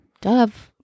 Dove